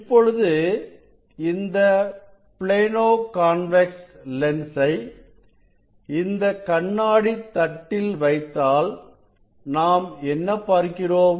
இப்பொழுது இந்த plano convex லென்ஸை இந்த கண்ணாடித் தட்டில் வைத்தால் நாம் என்ன பார்க்கிறோம்